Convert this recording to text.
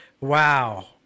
wow